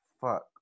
fuck